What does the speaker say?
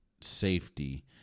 safety